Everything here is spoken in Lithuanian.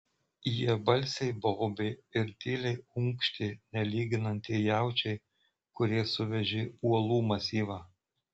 jie balsiai baubė ir tyliai unkštė nelyginant tie jaučiai kurie suvežė uolų masyvą